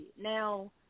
Now